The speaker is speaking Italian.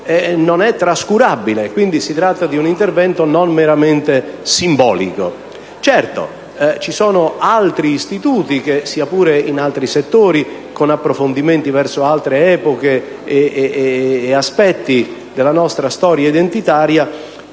non è trascurabile. Si tratta quindi di un intervento non meramente simbolico. Certo, ci sono altri istituti che, sia pure in altri settori, con approfondimenti verso altre epoche e aspetti della nostra storia identitaria,